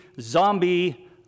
zombie